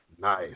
Nice